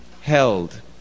held